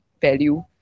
value